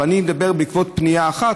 ואני מדבר בעקבות פנייה אחת,